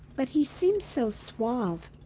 but he seemed so suave.